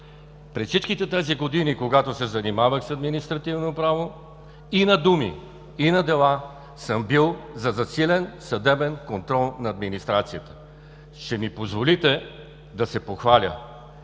През всичките тези години, когато се занимавах с административно право, и на думи, и на дела съм бил за засилен съдебен контрол на администрацията. Ще ми позволите да се похваля